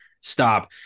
stop